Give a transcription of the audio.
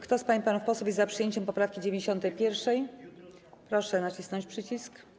Kto z pań i panów posłów jest za przyjęciem poprawki 91., proszę nacisnąć przycisk.